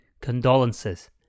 condolences